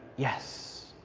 yes.